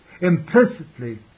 implicitly